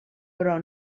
però